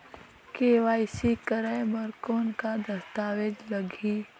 KYC कराय बर कौन का दस्तावेज लगही?